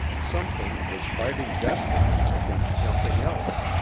something was fighting desperately against something else,